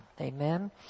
Amen